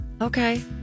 Okay